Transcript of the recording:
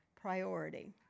priority